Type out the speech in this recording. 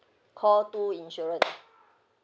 call two insurance